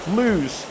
lose